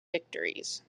victories